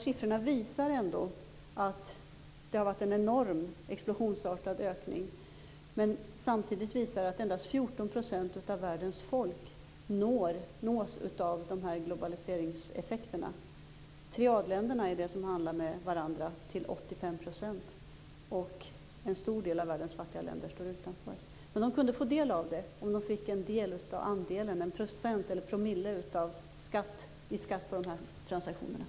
Siffrorna visar att det har varit en enorm explosionsartad ökning, men samtidigt visar de att endast 14 % av världens folk nås av globaliseringseffekterna. Triadländerna handlar till 85 % med varandra. En stor del av världens fattiga länder står utanför. De kunde få del av handeln om de kunde få del av - 1 %